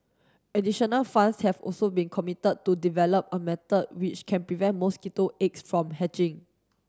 additional funds have also been committed to develop a method which can prevent mosquito eggs from hatching